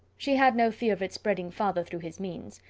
she had no fear of its spreading farther through his means.